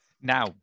Now